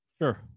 sure